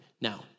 Now